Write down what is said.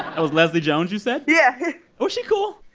that was leslie jones, you said? yeah was she cool?